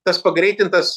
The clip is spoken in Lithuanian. tas pagreitintas